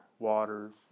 waters